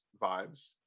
vibes